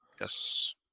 Yes